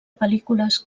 pel·lícules